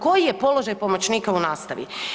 Koji je položaj pomoćnika u nastavi?